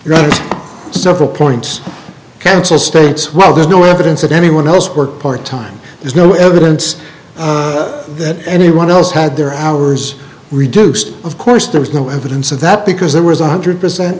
r several points cancer states well there's no evidence that anyone has worked part time there's no evidence that anyone else had their hours reduced of course there was no evidence of that because there was one hundred percent